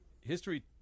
history